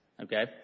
Okay